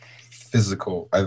physical